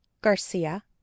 Garcia